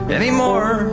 anymore